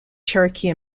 cherokee